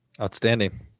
Outstanding